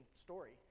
story